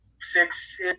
six